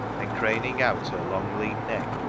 and craning out her long lean neck,